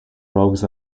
rogues